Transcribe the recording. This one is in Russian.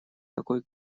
такой